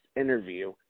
interview